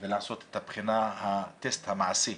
ולעשות את הבחינה, הטסט המעשי.